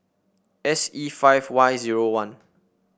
S E five Y zero one